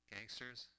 Gangsters